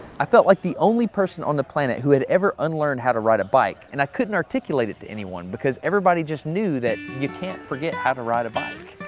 i felt like the only person on the planet who had ever un-learned how to ride a bike, and i couldn't articulate it to anyone because everybody just knew that you can't forget how to ride a bike.